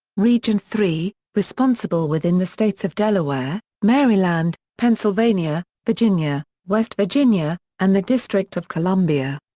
region three responsible within the states of delaware, maryland, pennsylvania, virginia, west virginia, and the district of columbia.